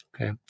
Okay